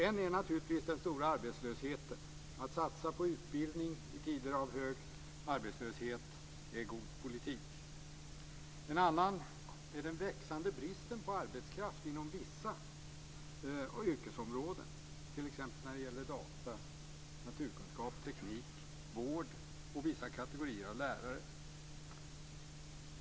En är naturligtvis den stora arbetslösheten. Att satsa på utbildning i tider av hög arbetslöshet är god politik. En annan orsak är den växande bristen på arbetskraft inom vissa yrkesområden. Det gäller t.ex. data, naturkunskap, teknik, vård och vissa kategorier av lärare.